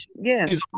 Yes